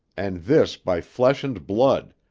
and this by flesh and blood,